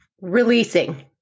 releasing